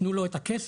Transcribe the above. תנו לו את הכסף,